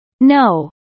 No